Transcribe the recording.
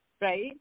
Right